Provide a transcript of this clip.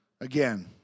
again